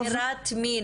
בעבירת מין,